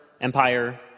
Empire